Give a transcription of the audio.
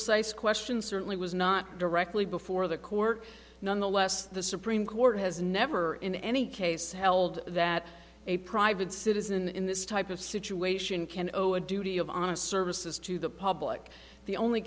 se question certainly was not directly before the court nonetheless the supreme court has never in any case held that a private citizen in this type of situation can zero a duty of honest services to the public the only